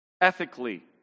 ethically